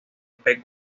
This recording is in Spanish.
pep